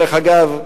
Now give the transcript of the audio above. דרך אגב,